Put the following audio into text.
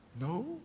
no